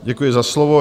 Děkuji za slovo.